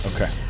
Okay